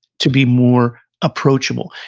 to be more approachable.